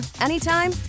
anytime